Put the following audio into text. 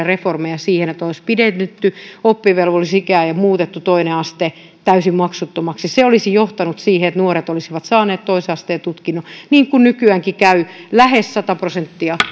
reformeja siihen että olisi pidennetty oppivelvollisuusikää ja muutettu toinen aste täysin maksuttomaksi se olisi johtanut siihen että nuoret olisivat saaneet toisen asteen tutkinnon niin kuin nykyäänkin peruskoulun käy lähes sata prosenttia